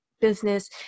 business